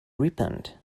ripened